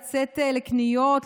לצאת לקניות,